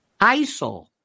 ISIL